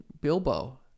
Bilbo